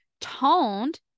toned